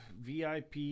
VIP